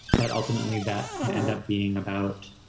but ultimately, that can end up being about